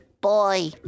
boy